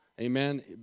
Amen